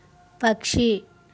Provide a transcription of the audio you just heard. పక్షి